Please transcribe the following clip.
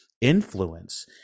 influence